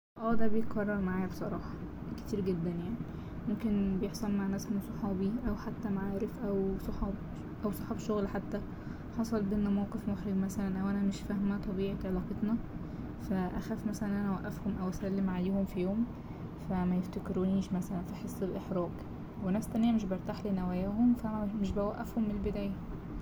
اه ده بيتكرر معايا بصراحة كتير جدا يعني ممكن بيحصل مع ناس من صحابي أو حتي معايا رفقة وصحاب أو صحاب شغل حتى حصل بينا موقف محرج مثلا أو أنا مش فاهمة طبيعة علاقتنا فا أخاف مثلا إن أنا أوقفهم أو أسلم عليهم في يوم فا ميفتكرونيش مثلا فا أحس بإحراج وناس تانية مش برتاح لنواياهم فا مش بوقفهم من البداية.